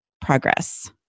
progress